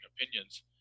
opinions